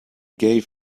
gave